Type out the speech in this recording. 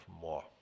more